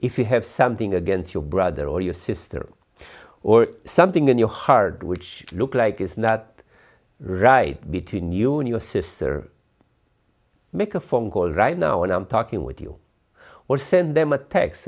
if you have something against your brother or your sister or something in your heart which look like is not right between you and your sister make a phone call right now when i'm talking with you or send them a